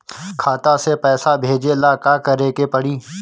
खाता से पैसा भेजे ला का करे के पड़ी?